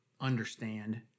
understand